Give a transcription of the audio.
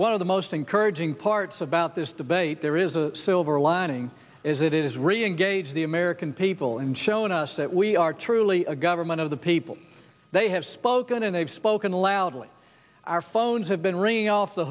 of the most encouraging parts about this debate there is a silver lining is that it is reengage the american people and showing us that we are truly a government of the people they have spoken and they've spoken loudly our phones have been ringing off the